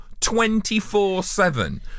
24-7